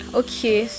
okay